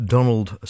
Donald